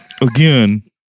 Again